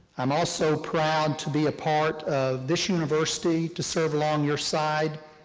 i'm also proud to be a part of this university, to serve along your side.